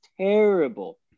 terrible